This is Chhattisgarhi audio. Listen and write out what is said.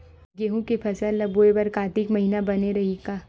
गेहूं के फसल ल बोय बर कातिक महिना बने रहि का?